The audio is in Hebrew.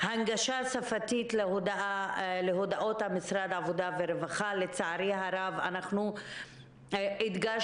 ההנגשה השפתית להודעות משרד העבודה והרווחה אנחנו הדגשנו